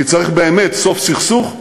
כי צריך באמת סוף סכסוך,